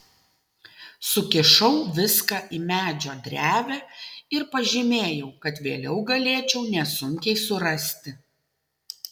sukišau viską į medžio drevę ir pažymėjau kad vėliau galėčiau nesunkiai surasti